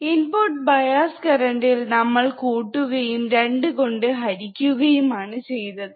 input bias കരണ്ടിൽ നമ്മൾ കൂട്ടുകയും 2 കൊണ്ട് ഹരിക്കുകയും ആണ് ചെയ്തത്